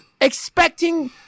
Expecting